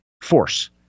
force